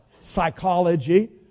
psychology